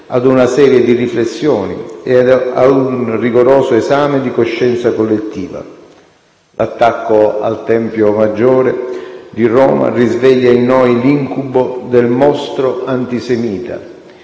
a una serie di riflessioni e a un rigoroso esame di coscienza collettivo. L'attacco al Tempio maggiore di Roma risveglia in noi l'incubo del mostro antisemita,